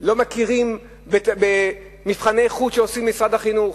לא מכירים במבחני-חוץ שעושים במשרד החינוך.